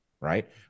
right